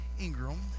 Ingram